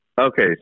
Okay